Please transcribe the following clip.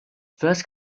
first